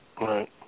Right